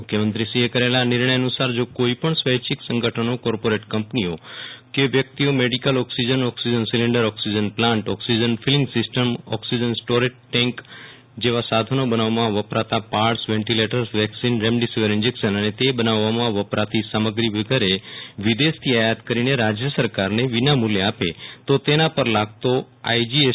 મુ ખ્યમંત્રીશ્રીએ કરેલા આ નિર્ણય અનુ સાર જો કોઈ સ્વૈચ્છિક સંગઠનો કોર્પોરેટ કંપનીઓ કે વ્યક્તિઓ medical oxygen oxygen cylinder oxygen plant oxygen filling system oxygen storage tank oxygen generator cryogenic road transport ventilators vaccine remdesivir injection અને તે બનાવવા વપરાંતી સામગ્રી વેગેરે વિદેશથી આયાત કરીને રાજ્ય સરકારને વિનામુલ્યે આપે તો તેના પર લાગતો આઈજી એસે